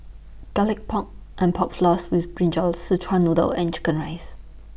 Garlic Pork and Pork Floss with Brinjal Sichuan Noodle and Chicken Rice